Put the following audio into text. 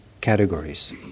categories